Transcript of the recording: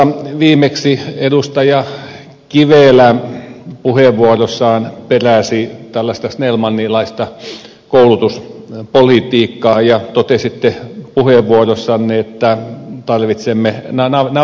tuossa viimeksi edustaja kivelä puheenvuorossaan peräsi tällaista snellmanilaista koulutuspolitiikkaa ja totesitte puheenvuorossanne että tarvitsemme navigointia